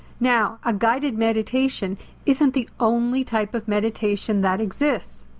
now, a guided meditation isn't the only type of meditation that exists.